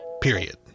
period